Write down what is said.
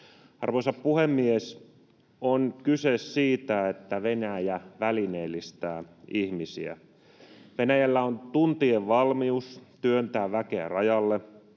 Arvoisa puhemies! On kyse siitä, että Venäjä välineellistää ihmisiä. Venäjällä on tuntien valmius työntää väkeä rajalle.